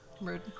Rude